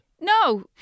no